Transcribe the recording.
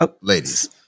ladies